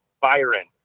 Byron